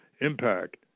impact